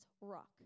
rock